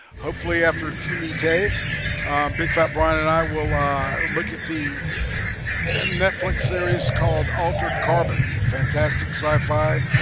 hopefully after q meet a big fat brian, and i will ah look at the netflix series called altered carbon fantastic sci-fi